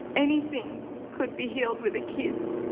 anything could be healed with a kiss.